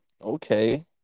okay